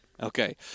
Okay